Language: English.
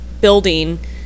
building